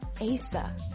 Asa